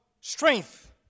strength